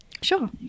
Sure